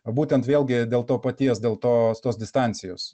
būtent vėlgi dėl to paties dėl to tos distancijos